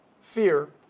fear